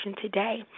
today